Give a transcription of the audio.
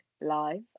live